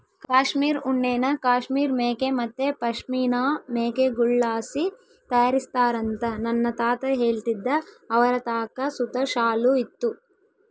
ಕಾಶ್ಮೀರ್ ಉಣ್ಣೆನ ಕಾಶ್ಮೀರ್ ಮೇಕೆ ಮತ್ತೆ ಪಶ್ಮಿನಾ ಮೇಕೆಗುಳ್ಳಾಸಿ ತಯಾರಿಸ್ತಾರಂತ ನನ್ನ ತಾತ ಹೇಳ್ತಿದ್ದ ಅವರತಾಕ ಸುತ ಶಾಲು ಇತ್ತು